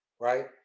right